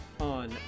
on